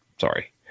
Sorry